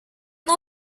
não